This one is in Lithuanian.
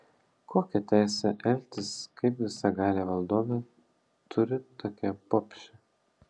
kokią teisę elgtis kaip visagalė valdovė turi tokia bobšė